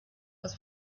aus